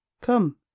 Come